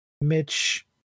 Mitch